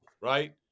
right